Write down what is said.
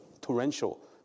torrential